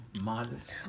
modest